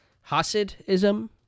Hasidism